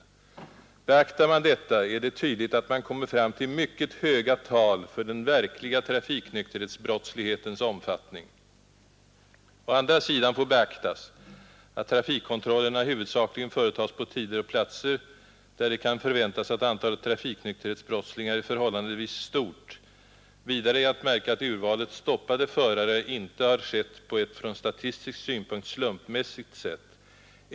Beaktar man detta är det tydligt att man kommer fram till mycket höga tal för den verkliga trafiknykterhetsbrottslighetens omfattning. Å andra sidan får beaktas att trafikkontrollerna huvudsakligen företas på tider och platser där det kan förväntas att antalet trafiknykterhetsbrottslingar är förhållandevis stort. Vidare är att märka att urvalet stoppade förare inte har skett på ett från statistisk synpunkt slumpmässigt sätt.